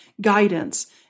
guidance